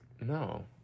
No